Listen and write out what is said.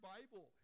Bible